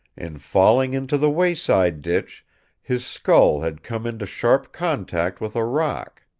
in falling into the wayside ditch his skull had come into sharp contact with a rock.